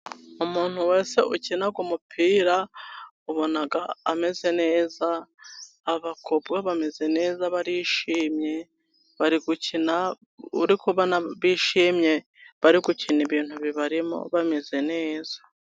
Umuntu wese ukina umupira ubona ameze neza, abakobwa bameze neza, barishimye, bari gukina, uri kubona bishimye bari gukina ibintu bibarimo, bameze neza.